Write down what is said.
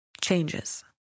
changes